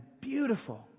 beautiful